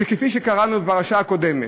שכפי שקראנו בפרשה הקודמת,